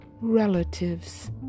relatives